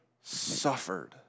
Suffered